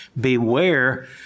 beware